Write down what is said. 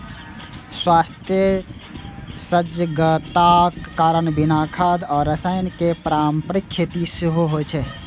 स्वास्थ्य सजगताक कारण बिना खाद आ रसायन के पारंपरिक खेती सेहो होइ छै